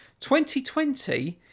2020